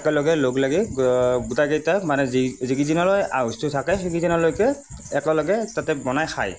একেলগে লগ লাগি গোটেইকেইটা মানে যি যিকেইদিনলৈ আশৌচটো থাকে সেইকেইদিনলৈকে একেলগে তাতে বনায় খাই